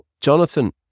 Jonathan